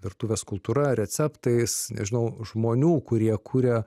virtuvės kultūra receptais nežinau žmonių kurie kuria